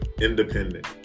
independent